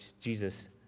Jesus